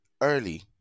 early